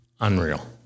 unreal